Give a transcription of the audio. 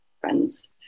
friends